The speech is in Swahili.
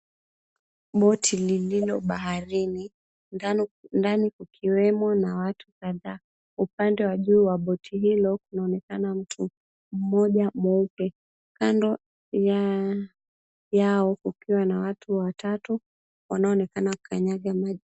Boti lililo baharini, ndani ikiwemo na watu kadhaa upande wa juu wa boti hilo linaonekana mtu mmoja mweupe kando yao kukiwa na watu watatu wanaonekana kukanyaga maji.